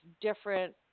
different